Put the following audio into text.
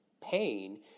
pain